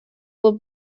will